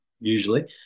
usually